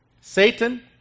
Satan